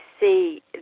see